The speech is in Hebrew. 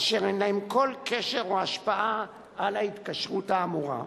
אשר אין להם כל קשר או השפעה על ההתקשרות האמורה.